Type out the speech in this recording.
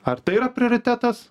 ar tai yra prioritetas